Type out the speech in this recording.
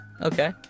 Okay